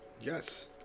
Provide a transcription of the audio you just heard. yes